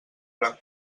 gran